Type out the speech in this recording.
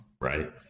right